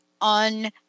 on